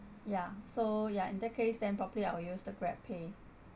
ya so ya in that case then probably I will use the grabpay